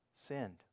sinned